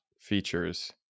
features